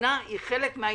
המדינה היא חלק מהעניין.